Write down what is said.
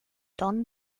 don